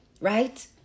right